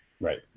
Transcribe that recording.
Right